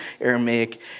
Aramaic